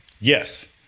Yes